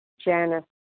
Janice